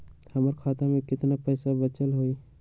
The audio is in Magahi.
हमर खाता में केतना पैसा बचल हई?